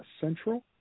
central